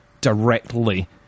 directly